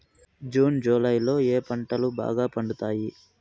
June July లో ఏ పంటలు బాగా పండుతాయా?